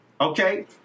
okay